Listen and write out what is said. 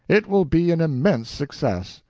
it will be an immense success.